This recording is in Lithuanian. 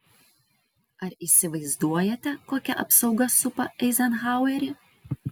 ar įsivaizduojate kokia apsauga supa eizenhauerį